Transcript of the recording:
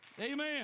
Amen